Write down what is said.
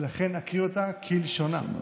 ולכן אקריא אותה כלשונה.